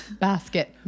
basket